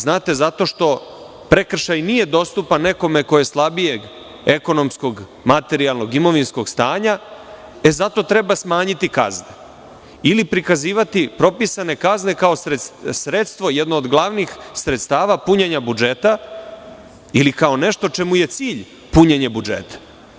Znate, zato što nekome nije dostupan prekršaj ko je slabijeg ekonomskog, materijalnog, imovinskog stanja, e, zato treba smanjiti kaznu, ili prikazivati propisane kazne kao sredstvo, jedno od glavnih sredstava punjenja budžeta, ili kao nešto čemu je cilj punjenje budžeta.